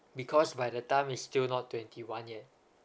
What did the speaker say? because by the time he's still not twenty one yet